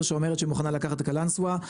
שאומרת שהיא מוכנה לקחת את קלאנסווה.